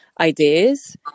ideas